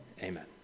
amen